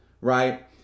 right